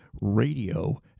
radio